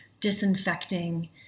disinfecting